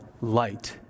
light